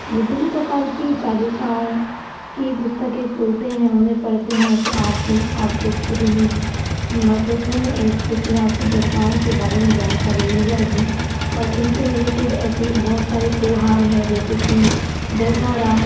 विभिन्न प्रकार की चालीसाओं की पुस्तकें खोलते हैं उन्हें पढ़ते हैं तो आप आपको खुद ही महत्वपूर्ण ऐतिहासिक घटनाओं के बारे में जानकारी मिल जाएगी और इनसे रिलेटेड ऐसे बहुत सारे त्यौहार हैं जैसे कि दशहरा